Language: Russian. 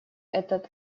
этот